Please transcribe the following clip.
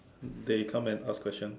they come and ask question